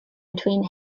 between